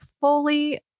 fully